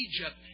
Egypt